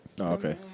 okay